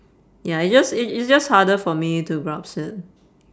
ya it just it it's just harder for me to grasp it